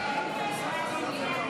סעיף